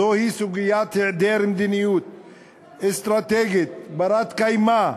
וזוהי סוגיית היעדר מדיניות אסטרטגית, בת-קיימא,